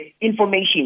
information